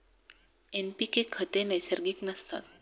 NPK खते नैसर्गिक नसतात